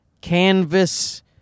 canvas